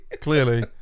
clearly